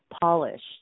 polished